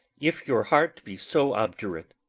if your heart be so obdurate,